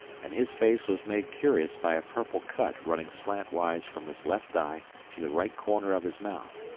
and his face was made curious by a purple cut running slant-ways from his left eye to the right corner of his mouth.